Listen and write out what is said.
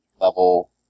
level